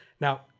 now